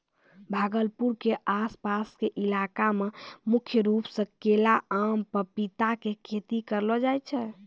भागलपुर के आस पास के इलाका मॅ मुख्य रूप सॅ केला, आम, पपीता के खेती करलो जाय छै